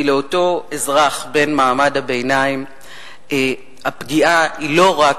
כי לאותו אזרח בן מעמד הביניים הפגיעה היא לא רק